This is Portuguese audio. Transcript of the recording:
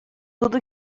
tudo